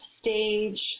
stage